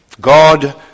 God